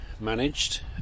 managed